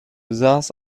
saß